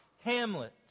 Hamlet